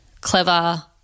clever